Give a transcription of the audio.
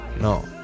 no